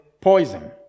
poison